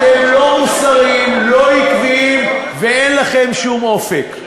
אתם לא מוסריים, לא עקביים, ואין לכם שום אופק.